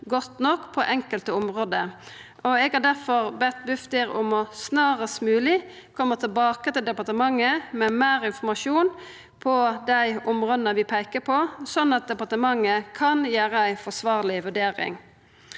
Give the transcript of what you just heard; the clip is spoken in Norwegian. godt nok på enkelte område, og eg har difor bedt Bufdir om snarast mogleg å koma tilbake til departementet med meir informasjon på dei områda vi peiker på, sånn at departementet kan gjera ei forsvarleg vurdering.